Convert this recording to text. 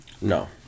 No